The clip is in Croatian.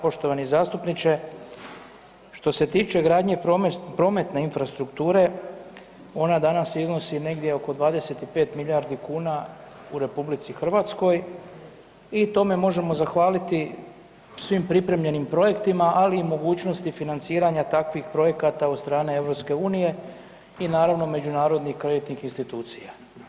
Poštovani zastupniče što se tiče gradnje prometne infrastrukture ona danas iznosi negdje oko 25 milijardi kuna u RH i tome možemo zahvaliti svim pripremljenim projektima, ali i mogućnosti financiranja takvih projekata od strane EU i naravno međunarodnih kreditnih institucija.